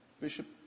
Bishop